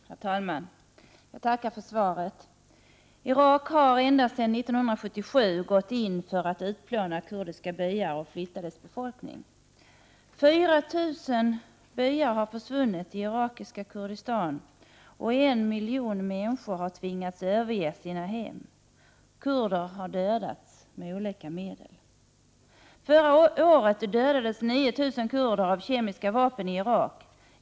Herr talman! Jag tackar för svaret. Irak har ända sedan 1977 gått in för att utplåna kurdiska byar och flytta befolkningen. 4 000 byar har försvunnit i irakiska Kurdistan, och en miljon människor har tvingats överge sina hem. Kurder har dödats med olika medel. Förra året dödades 9 000 kurder av kemiska vapen i Irak.